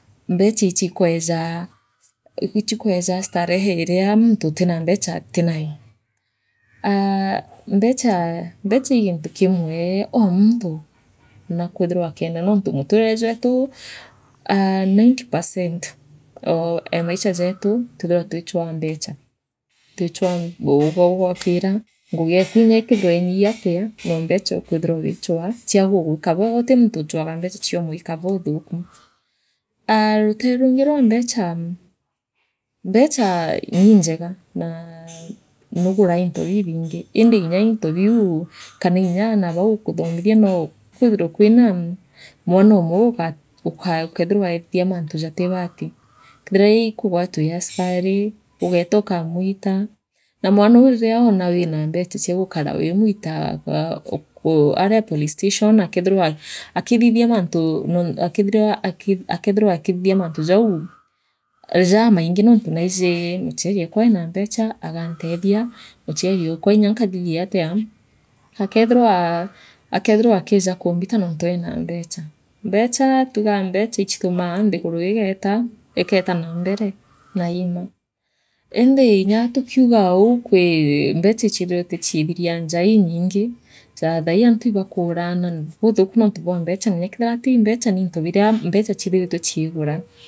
Mbechaichikweeja ichikwejaa starehe iria muntuutina mbecha atinayo aa mbechaa mbecha ii gintu kimwe oo muntu nakwithirwa akienda nontu muturire jwethi aa nainte percent oo ee maicha jeetu twithaira twichwa mbecha twichaa uu ugookira ngugi eku inyeekethirwa inyii atia noo mbecha ukwithirwa ugichwaa chia gugwika bwega utu muntu uchwaage mbecha chia kumwika buuthuku aa rutere rungi rwa mbecha mbecha niinjega naa nuuguraa into bibiingi indi inya into biu kana nyaana bau ukuthomithia noo kwithirwe kwira mwanoomwe uka ukeethirwa eetrithia mantu jatibati keethira ii kugwatwa ii askari ugeeta ukamwitaa na mwanou riria oona wira mbecha chiagukare wimwitaa aa aau u aria police station akethirwa akithithia mantu noo akethirwa akithithia mantu jau jamaingi nontu naiji muchiariokwa eena mbecha agantethia muchiari okwa inyankathithia atia nkeethirwa akeethirwa akiija kuumbita nontu eena mbecha mbechaa tugaa mbecha ichitumaa nthiguru igeeta igeeta naa mbere naa iimaa indii nya tukiugaa uu kwii mbecha ichiithirite chiithiria njaa inyingi jaa thaii antu ibakuraana buuthuku nontu bwa mbecha na kethira tii mbecha niitatu biria mbecha chiithirite chiigura.